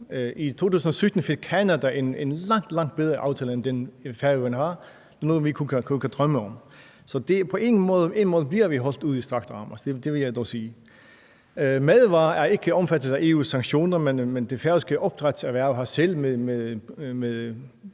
I 2017 fik Canada en langt, langt bedre aftale end den, Færøerne har – noget, vi kun kan drømme om. Så på en måde bliver vi holdt ud i strakt arm. Det vil jeg dog sige. Madvarer er ikke omfattet af EU's sanktioner, men det færøske opdrætserhverv har selv